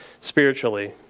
spiritually